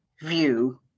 view